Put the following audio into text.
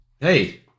hey